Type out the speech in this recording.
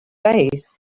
days